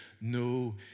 no